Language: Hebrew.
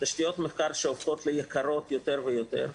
תשתיות מחקר שהופכות ליקרות יותר ויותר.